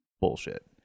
bullshit